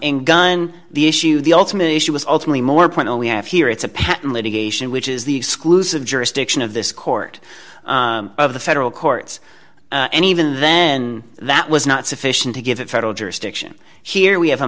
the issue the ultimate issue was ultimately more point all we have here it's a patent litigation which is the exclusive jurisdiction of this court of the federal courts and even then that was not sufficient to give that federal jurisdiction here we have a